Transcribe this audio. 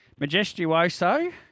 Majestuoso